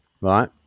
right